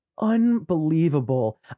unbelievable